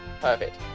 Perfect